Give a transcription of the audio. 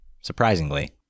surprisingly